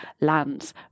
lands